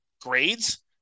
grades